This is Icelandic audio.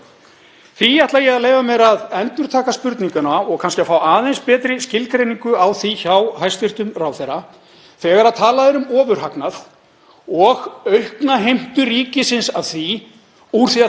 og aukna heimtu ríkisins af því, úr því að það kemur ekki í gegnum veiðigjöldin, getur hann þá ekki sagt okkur það skýrt — vegna þess að Framsóknarflokkurinn talar mjög fyrir því að sátt eigi að ríkja um sjávarútveginn í landinu